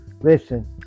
listen